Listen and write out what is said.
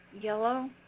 Yellow